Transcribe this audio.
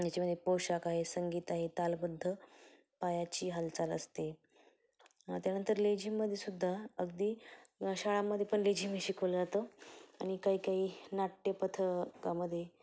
आणि याच्यामध्ये पोशाख आहे संगीत आहे तालबद्ध पायाची हालचाल असते त्यानंतर लेझीममध्येसुद्धा अगदी शाळांमध्ये पण लेझीम शिकवलं जातं आणि काही काही नाट्यपथकामध्ये